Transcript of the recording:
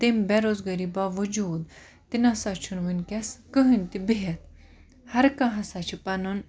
تمہِ بے روزگٲری باوَجوٗد تِہ نَسا چھُنہٕ وٕنکیٚس کٕہٕنۍ تہِ بِہِتھ ہَر کانٛہہ ہَسا چھُ پَنُن